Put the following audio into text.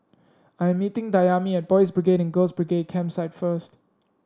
I am meeting Dayami at Boys' Brigade and Girls' Brigade Campsite first